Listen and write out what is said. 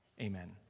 Amen